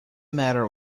matter